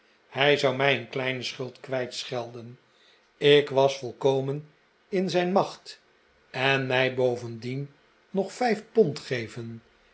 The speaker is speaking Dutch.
hij zou mij een kleine schuld kwijtschelden ik was volkomen in zijn macht en mij bovendien nog vijf pond geven